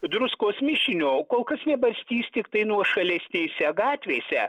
druskos mišinio kol kas nebarstys tiktai nuošalesnėse gatvėse